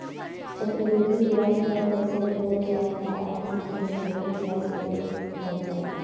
चक्रवृद्धि ब्याज पर पइसा लेवल जाए त आदमी के ढेरे ब्याज देवे के पर जाला